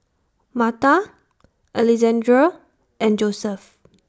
Marta Alexandre and Joseph